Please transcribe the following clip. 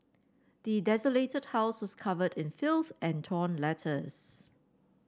the desolated house was covered in filth and torn letters